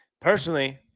Personally